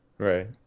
right